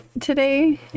today